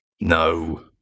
No